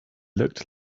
looked